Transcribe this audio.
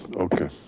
ah okay.